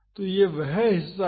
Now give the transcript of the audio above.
तो वह हिस्सा है